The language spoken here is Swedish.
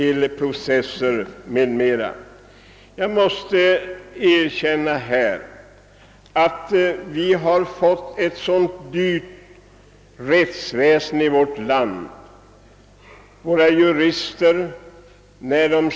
Därigenom skulle vi tvingas in i processer. Rättsväsendet i vårt land är mycket dyrbart.